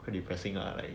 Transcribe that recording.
quite depressing lah like